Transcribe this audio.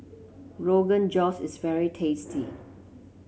Rogan Josh is very tasty